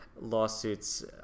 lawsuits